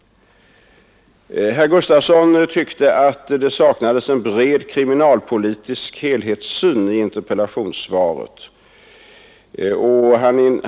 Herr Gustavsson i Alvesta tyckte att det saknades en bred kriminalpolitisk helhetssyn i interpellationssvaret.